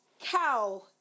Cow